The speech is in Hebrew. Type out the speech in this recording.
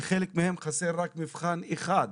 לחלק מהם חסר רק מבחן אחד.